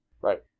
Right